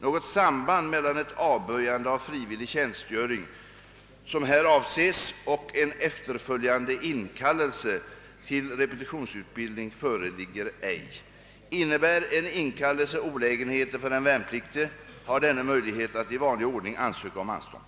Något samband mellan ett avböjande av frivillig tjänstgöring, som här avses, och en efterföljande inkallelse till repetitionsutbildning föreligger ej. Innebär en inkallelse olägenhet för den värnpliktige har denne möjligheter att i vanlig ordning ansöka om anstånd.